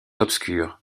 obscures